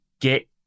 get